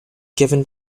given